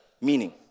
meaning